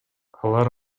алар